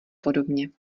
podobně